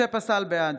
בעד